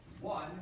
One